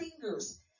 fingers